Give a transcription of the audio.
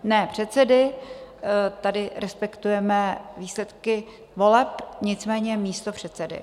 Ne předsedy, tady respektujeme výsledky voleb, nicméně místopředsedy.